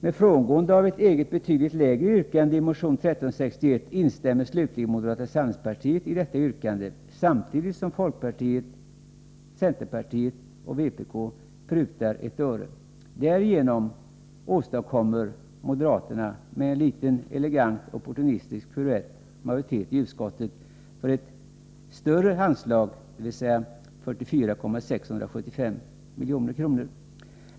Med frångående av ett eget betydligt lägre yrkande i motion 1361 instämmer slutligen moderata samlingspartiet i detta yrkande, samtidigt som folkpartiet, centerpartiet och vpk prutar ett öre. Därigenom åstadkommer moderaterna med en liten elegant opportunistisk piruett majoritet i utskottet för ett större anslag, dvs. 44,675 milj.kr.